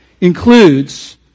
includes